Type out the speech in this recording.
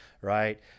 right